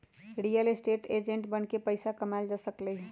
real estate agent बनके पइसा कमाएल जा सकलई ह